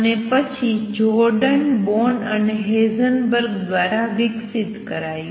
અને પછી Jordan Born અને હેઇઝનબર્ગ દ્વારા વિકસિત કરાયું